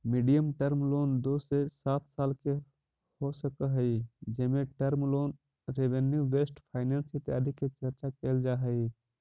medium term loan दो से सात साल के हो सकऽ हई जेमें term loan revenue based finance इत्यादि के चर्चा कैल जा हई